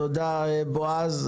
תודה, בועז.